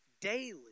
daily